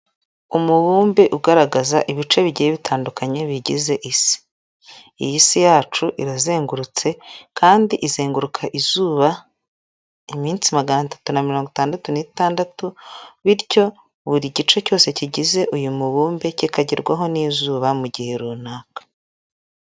Umubumbe ugaragaza ibice bigiye bitandukanye bigize Isi, iy'Isi yacu irazengurutse kandi izenguruka izuba, iminsi magana atatu na mirongo itandatu n'itandatu bityo buri gice cyose kigize uyu mubumbe kikagerwaho n'izuba mu gihe runaka.